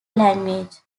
language